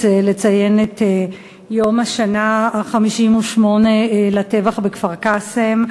ולציין את יום השנה ה-58 לטבח בכפר-קאסם.